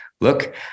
look